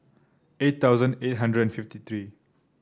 eight thousand eight hundred and fifty three